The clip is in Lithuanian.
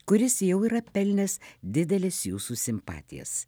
kuris jau yra pelnęs dideles jūsų simpatijas